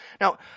Now